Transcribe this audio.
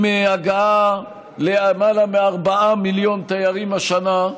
עם הגעה ללמעלה מ-4 מיליון תיירים השנה,